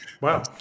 Wow